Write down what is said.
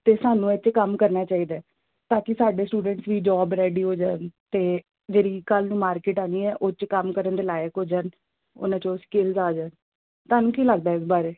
ਅਤੇ ਸਾਨੂੰ ਇਹ 'ਤੇ ਕੰਮ ਕਰਨਾ ਚਾਹੀਦਾ ਤਾਂ ਕਿ ਸਾਡੇ ਸਟੂਡੈਂਟਸ ਵੀ ਜੋਬ ਰੈਡੀ ਹੋ ਜਾਣ ਅਤੇ ਜਿਹੜੀ ਕੱਲ੍ਹ ਨੂੰ ਮਾਰਕੀਟ ਆਉਣੀ ਹੈ ਉਹ 'ਚ ਕੰਮ ਕਰਨ ਦੇ ਲਾਇਕ ਹੋ ਜਾਣ ਉਹਨਾਂ 'ਚ ਉਹ ਸਕਿੱਲਸ ਆ ਜਾਣ ਤੁਹਾਨੂੰ ਕੀ ਲੱਗਦਾ ਇਸ ਬਾਰੇ